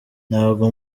ntabwo